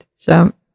jump